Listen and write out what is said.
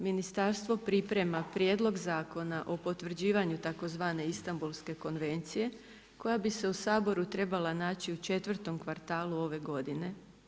Ministarstvo priprema prijedlog Zakona o potvrđivanju tzv. Istambulske konvencije koja bi se u Saboru trebala naći u 4.-tom kvartalu ove godine.